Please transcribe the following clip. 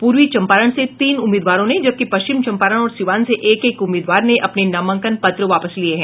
पूर्वी चंपारण से तीन उम्मीदवारों ने जबकि पश्चिम चंपारण और सिवान से एक एक उम्मीदवार ने अपने नामांकन पत्र वापस लिये हैं